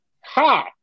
Ha